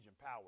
power